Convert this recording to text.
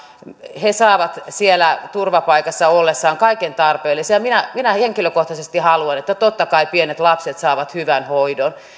he saavat siellä turvapaikassa ollessaan kaiken tarpeellisen minä minä henkilökohtaisesti haluan totta kai että pienet lapset saavat hyvän hoidon